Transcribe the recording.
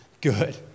good